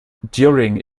during